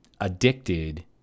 addicted